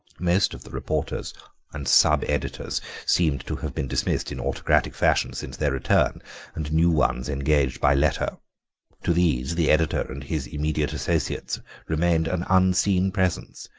most of the reporters and sub-editors seemed to have been dismissed in autocratic fashion since their return and new ones engaged by letter to these the editor and his immediate associates remained an unseen presence,